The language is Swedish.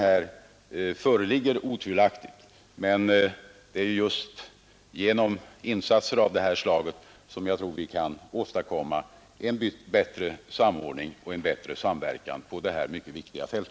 Det är genom insatser av det här slaget som vi bör kunna åstadkomma bättre samordning och bättre samverkan på detta mycket viktiga fält.